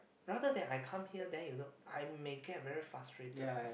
rather than I come here then you don't I may get very frustrated